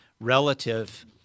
relative